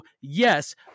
yes